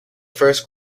first